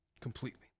completely